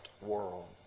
world